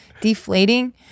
deflating